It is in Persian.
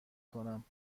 کنم